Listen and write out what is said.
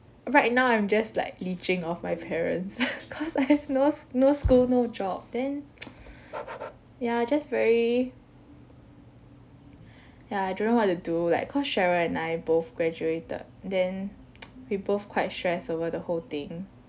right now I'm just like leeching off my parents cause I have knows no no school no job then ya just very ya I don't know what to do like cause cheryl and I both graduated then we both quite stress over the whole thing